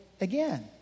again